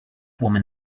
woman